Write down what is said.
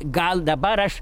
gal dabar aš